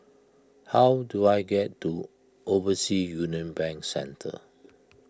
how do I get to Overseas Union Bank Centre